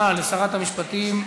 לשרת המשפטים,